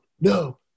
no